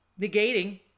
negating